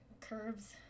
curves